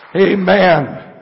Amen